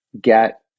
get